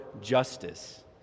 justice